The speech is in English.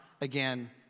again